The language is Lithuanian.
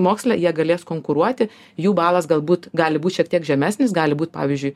moksle jie galės konkuruoti jų balas galbūt gali būt šiek tiek žemesnis gali būt pavyzdžiui